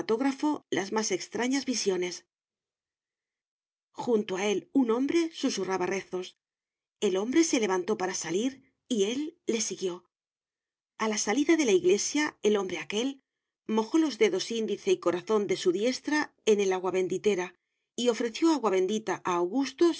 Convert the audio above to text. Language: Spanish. las más extrañas visiones junto a él un hombre susurraba rezos el hombre se levantó para salir y él le siguió a la salida de la iglesia el hombre aquél mojó los dedos índice y corazón de su diestra en el aguabenditera y ofreció agua bendita a augusto